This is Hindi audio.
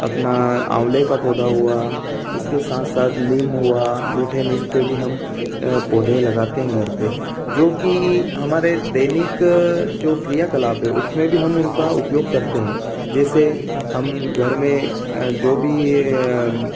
अपना आंवले का पौधा हुआ इसके साथ साथ नीम हुआ मीठे नीम के भी हम पौधे लगाते हैं घर पर जोकि हमारे दैनिक जो क्रियाकलाप है उसमें भी हम उनका उपयोग करते हैं जैसे हम घर में जो भी